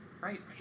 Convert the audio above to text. Right